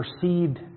perceived